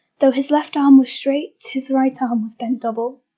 though his left arm was straight his right arm was bent double.